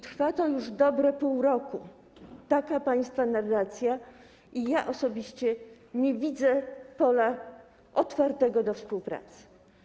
Trwa to już dobre pół roku, taka jest państwa narracja i ja osobiście nie widzę otwartego pola do współpracy.